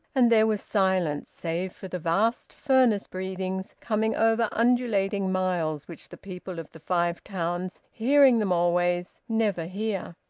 and there was silence, save for the vast furnace-breathings, coming over undulating miles, which the people of the five towns, hearing them always, never hear.